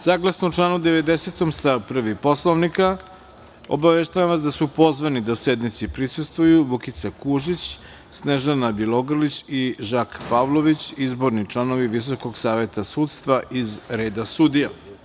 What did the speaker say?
Saglasno članu 90. stav 1. Poslovnika, obaveštavam vas da su pozvani da sednici prisustvuju Vukica Kužić, Snežana Bjelogrlić i Žak Pavlović, izborni članovi Visokog saveta sudstva iz reda sudija.